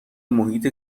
محیط